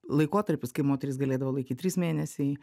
laikotarpis kai moterys galėdavo laikyt trys mėnesiai